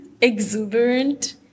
exuberant